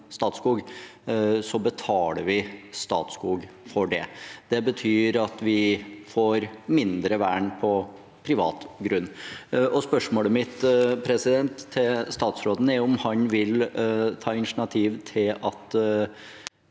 så betaler vi Statskog for det. Det betyr at vi får mindre vern på privat grunn. Spørsmålet mitt til statsråden er: Vil han ta initiativ til at